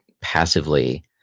passively